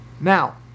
Now